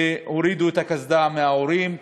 והורידו את הקסדה מההורים,